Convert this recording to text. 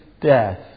death